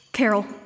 Carol